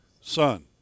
Son